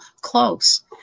close